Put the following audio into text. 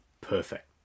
perfect